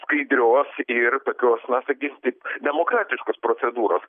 skaidrios ir tokios na sakykim taip demokratiškos procedūros